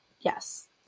Yes